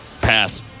Pass